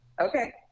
Okay